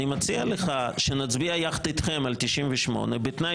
אני מציע לך שנצביע יחד איתכם על 98 בתנאי